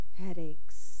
Headaches